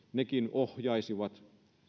ohjaisi